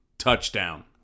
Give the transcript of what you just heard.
touchdown